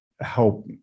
help